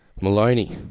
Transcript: Maloney